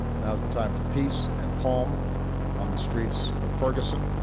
now's the time for peace and calm on the streets of ferguson.